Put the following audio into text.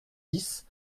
dix